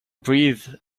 breathed